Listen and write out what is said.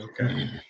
Okay